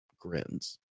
grins